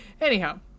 Anyhow